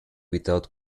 without